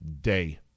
Day